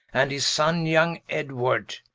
and his sonne young edward,